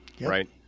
Right